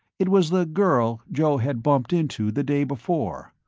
it was the girl joe had bumped into the day before.